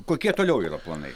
kokie toliau yra planai